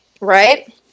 Right